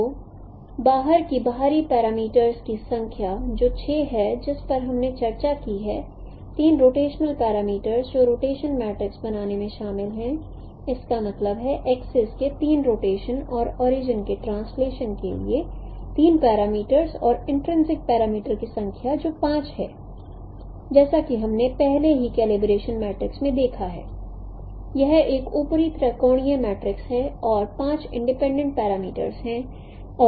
तो बाहर के बाहरी पैरामीटर्स की संख्या जो 6 है जिस पर हमने चर्चा की है 3 रोटेशन पैरामीटर्स जो रोटेशन मैट्रिक्स बनाने में शामिल हैं इसका मतलब है एक्सिस के 3 रोटेशन और ओरिजिन के ट्रांसलेशन के लिए 3 पैरामीटर्स और इंट्रिंसिक पैरामीटर्स की संख्या जो 5 है जैसा कि हमने पहले ही कलिब्रेशन मैट्रिक्स में देखा है यह एक ऊपरी त्रिकोणीय मैट्रिक्स है और 5 इंडिपेंडेंट पैरामीटर्स हैं